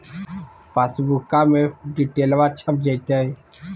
पासबुका में डिटेल्बा छप जयते?